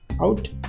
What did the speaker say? out